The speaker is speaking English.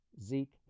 Zeke